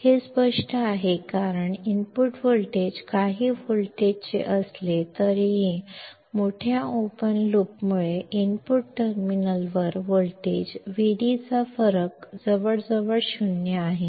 ಇದು ಸ್ಪಷ್ಟವಾಗಿದೆ ಏಕೆಂದರೆ ಇನ್ಪುಟ್ ವೋಲ್ಟೇಜ್ ಕೆಲವು ವೋಲ್ಟ್ಗಳಿದ್ದರೂ ಸಹ ದೊಡ್ಡ ತೆರೆದ ಲೂಪ್ ಗಳಿಕೆಯಿಂದಾಗಿ ಇನ್ಪುಟ್ ಟರ್ಮಿನಲ್ಗಳಲ್ಲಿ ವೋಲ್ಟೇಜ್ ವಿಡಿ ಯ ವ್ಯತ್ಯಾಸವು ಸುಮಾರು 0 ಆಗಿದೆ